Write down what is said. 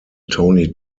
tony